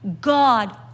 God